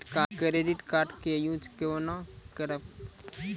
Credit card के use कोना के करबऽ?